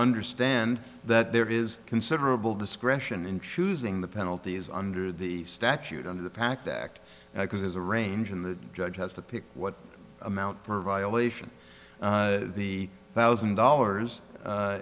understand that there is considerable discretion in choosing the penalties under the statute under the pact act because there's a range and the judge has to pick what amount for a violation the thousand dollars